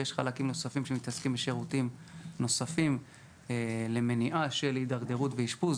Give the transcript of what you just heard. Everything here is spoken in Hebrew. ויש חלקים נוספים שמתעסקים בשירותים נוספים למניעה של הידרדרות ואשפוז,